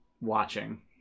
watching